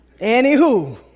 Anywho